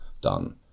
done